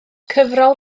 cyfrol